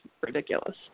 ridiculous